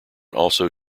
also